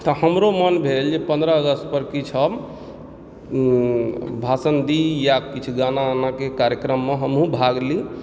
तऽ हमरो मोन भेल जे पन्द्रह अगस्त पर किछु हम भाषण दी यऽ किछु गाना वाना के कार्यक्रममे हमहुँ भाग ली